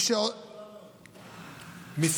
היה 30,